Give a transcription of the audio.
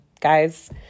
Guys